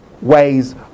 ways